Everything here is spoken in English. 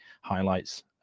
highlights